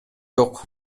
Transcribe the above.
жок